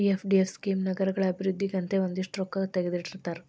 PFDF scheme ನಗರಗಳ ಅಭಿವೃದ್ಧಿಗಂತನೇ ಒಂದಷ್ಟ್ ರೊಕ್ಕಾ ತೆಗದಿಟ್ಟಿರ್ತಾರ